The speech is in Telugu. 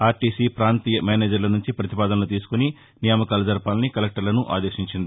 ఆర్టీసీ ప్రాంతీయ మేనేజర్ల నుంచి పతిపాదనలు తీసుకొని నియామకాలు జరపాలని కలెక్టర్లను ఆదేశించింది